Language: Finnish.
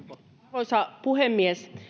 arvoisa puhemies